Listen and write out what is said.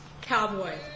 cowboy